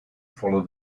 follow